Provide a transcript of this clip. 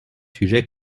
sujets